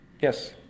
Yes